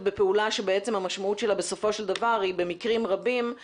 בפעולה שבעצם המשמעות שלה בסופו של דבר במקרים רבים היא